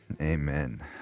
amen